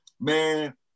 man